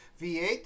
V8